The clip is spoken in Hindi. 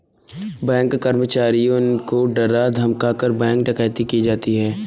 बैंक कर्मचारियों को डरा धमकाकर, बैंक डकैती की जाती है